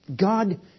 God